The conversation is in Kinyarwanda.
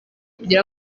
kugira